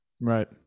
Right